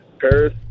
Paris